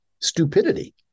stupidity